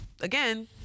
again